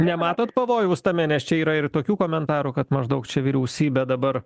nematot pavojaus tame nes čia yra ir tokių komentarų kad maždaug čia vyriausybė dabar